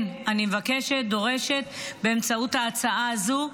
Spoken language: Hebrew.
כן, אני מבקשת, דורשת, באמצעות ההצעה הזו,